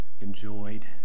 enjoyed